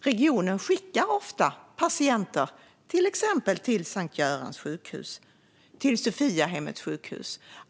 Regionen skickar ofta patienter till exempelvis Sankt Görans Sjukhus och till Sophiahemmets sjukhus.